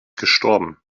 gestorben